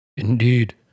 Indeed